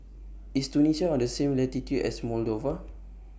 IS Tunisia on The same latitude as Moldova